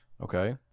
okay